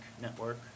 network